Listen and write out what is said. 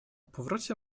powrocie